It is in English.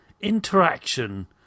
interaction